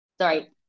Sorry